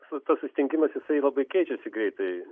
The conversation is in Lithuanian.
su tas sustingimas jisai labai keičiasi greitai